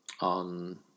on